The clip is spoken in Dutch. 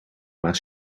maar